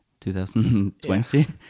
2020